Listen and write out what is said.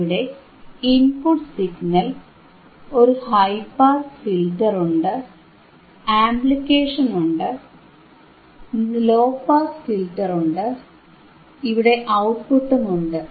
ഇവിടെ input signal ഒരു high pass ഫിൽറ്ററുണ്ട് ആംപ്ലിഫിക്കേഷനുണ്ട് ലോ പാസ് ഫിൽറ്ററുണ്ട് ഇവിടെ ഔട്ട്പുട്ടും ഉണ്ട്